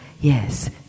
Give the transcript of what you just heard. yes